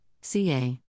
CA